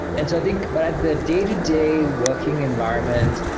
and so think but at the day-to-day working environment,